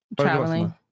Traveling